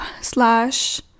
slash